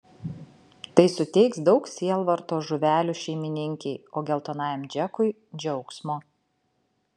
tai suteiks daug sielvarto žuvelių šeimininkei o geltonajam džekui džiaugsmo